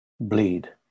bleed